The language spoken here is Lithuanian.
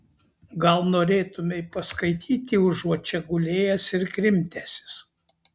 gal norėtumei paskaityti užuot čia gulėjęs ir krimtęsis